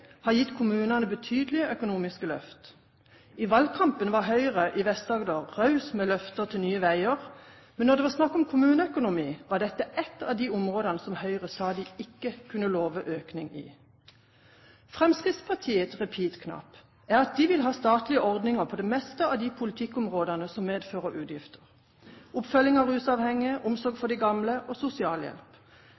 har gitt kommunene betydelige økonomiske løft. I valgkampen var Høyre i Vest-Agder raus med løfter til nye veier. Men når det var snakk om kommuneøkonomi, var dette et av de områdene som Høyre sa de ikke kunne love økning på. Fremskrittspartiets «repeat»-knapp er at de vil ha statlige ordninger på det meste av de politikkområdene som medfører utgifter, som oppfølging av rusavhengige, omsorg for